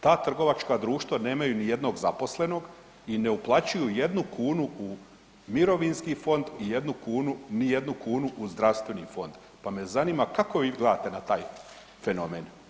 Ta trgovačka društva nemaju nijednog zaposlenog i ne uplaćuju jednu kunu u mirovinski fond i jednu kunu, ni jednu kunu u zdravstveni fond, pa me zanima kako vi gledate na taj fenomen?